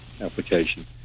application